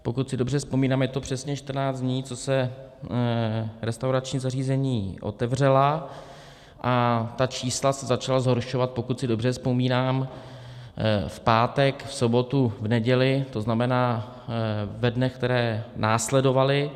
Pokud si dobře vzpomínám, je to přesně 14 dní, co se restaurační zařízení otevřela, a ta čísla se začala zhoršovat, pokud si dobře vzpomínám, v pátek, v sobotu, v neděli, to znamená ve dnech, které následovaly.